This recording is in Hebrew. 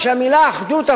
תודה.